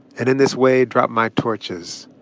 and in this way, drop my torches.